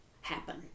happen